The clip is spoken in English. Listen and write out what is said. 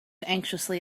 anxiously